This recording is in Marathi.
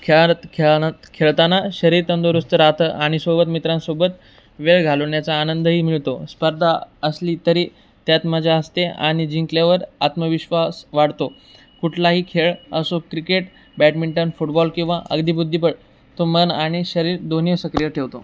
खेळत खेळनात खेळताना शरीर तंदुरुस्त राहतं आणि सोबत मित्रांसोबत वेळ घालवण्याचा आनंदही मिळतो स्पर्धा असली तरी त्यात मजा असते आणि जिंकल्यावर आत्मविश्वास वाढतो कुठलाही खेळ असो क्रिकेट बॅडमिंटन फुटबॉल किंवा अगदी बुद्धिबळ तो मन आणि शरीर दोन्ही सक्रिय ठेवतो